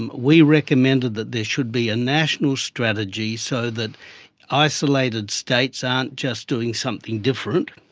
and we recommended that there should be a national strategy so that isolated states aren't just doing something different.